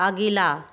अगिला